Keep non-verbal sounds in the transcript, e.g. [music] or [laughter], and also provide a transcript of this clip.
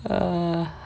[noise]